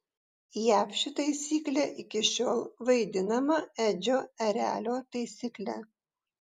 jav ši taisyklė iki šiol vaidinama edžio erelio taisykle